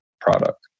product